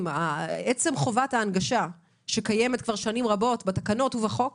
עצם חובת ההנגשה שקיימת כבר שנים רבות בתקנות ובחוק